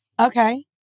Okay